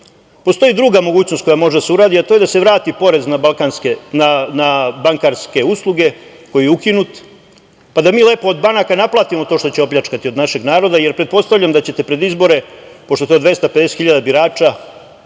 postoji druga mogućnost koja može da se uradi, a to je da se vrati porez na bankarske usluge koji je ukinut, pa da mi lepo od banaka naplatimo to što će opljačkati od našeg naroda, jer pretpostavljam da ćete pred izbore, pošto je to 250.000 birača